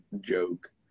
joke